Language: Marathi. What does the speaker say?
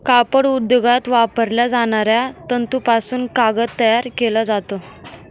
कापड उद्योगात वापरल्या जाणाऱ्या तंतूपासून कागद तयार केला जातो